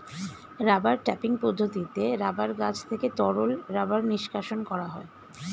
rubber tapping পদ্ধতিতে rubber গাছ থেকে তরল রাবার নিষ্কাশণ করা হয়